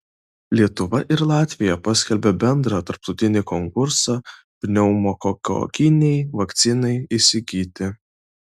lietuva ir latvija paskelbė bendrą tarptautinį konkursą pneumokokinei vakcinai įsigyti